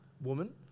woman